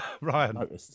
Ryan